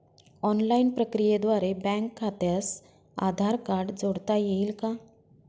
Online प्रक्रियेद्वारे bank खात्यास Aadhaar card जोडता येईल का?